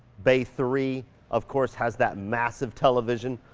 bay three of course has that massive television,